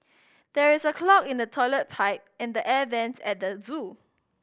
there is a clog in the toilet pipe and the air vents at the zoo